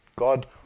God